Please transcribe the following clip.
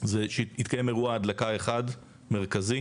זה שיתקיים אירוע הדלקה אחד מרכזי;